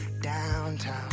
downtown